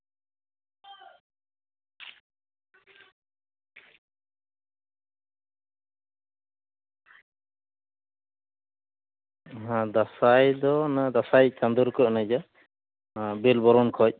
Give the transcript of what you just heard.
ᱦᱮᱸ ᱫᱟᱸᱥᱟᱭ ᱫᱚ ᱚᱱᱟ ᱫᱟᱸᱥᱟᱭ ᱪᱟᱸᱫᱚ ᱨᱮᱠᱚ ᱮᱱᱮᱡᱟ ᱦᱮᱸ ᱵᱮᱹᱞ ᱵᱚᱨᱚᱱ ᱠᱷᱚᱱ